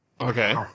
Okay